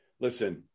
Listen